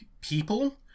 people